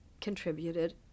contributed